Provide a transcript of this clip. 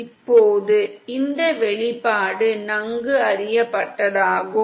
இப்போது இந்த வெளிப்பாடு நன்கு அறியப்பட்டதாகும்